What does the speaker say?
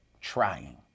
trying